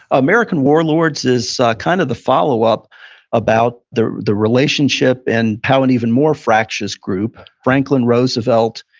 american warlords is kind of the follow up about the the relationship, and how an even more fractious group, franklin roosevelt,